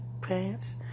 pants